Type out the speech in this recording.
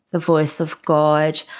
the voice of god,